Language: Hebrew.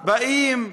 באים,